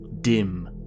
Dim